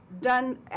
done